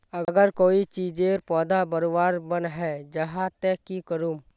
अगर कोई चीजेर पौधा बढ़वार बन है जहा ते की करूम?